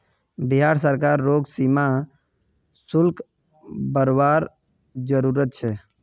बिहार सरकार रोग सीमा शुल्क बरवार जरूरत छे